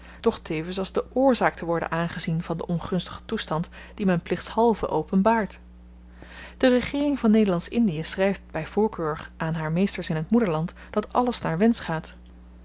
tevens als de oorzaak te worden aangezien van den ongunstigen toestand dien men plichtshalve openbaart de regeering van nederlandsch indie schryft by voorkeur aan haar meesters in t moederland dat alles naar wensch gaat